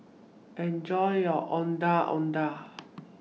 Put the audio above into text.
Enjoy your Ondeh Ondeh